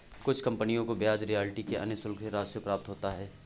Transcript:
कुछ कंपनियों को ब्याज रॉयल्टी या अन्य शुल्क से राजस्व प्राप्त होता है